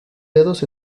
dedos